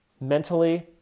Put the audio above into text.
mentally